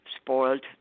spoiled